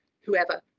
whoever